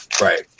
Right